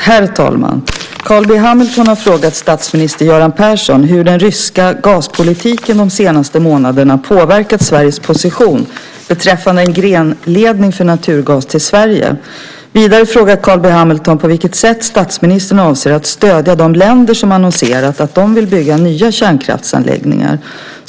Herr talman! Carl B Hamilton har frågat statsminister Göran Persson hur den ryska gaspolitiken de senaste månaderna påverkat Sveriges position beträffande en grenledning för naturgas till Sverige. Vidare frågar Carl B Hamilton på vilket sätt statsministern avser att stödja de länder som annonserat att de vill bygga nya kärnkraftsanläggningar.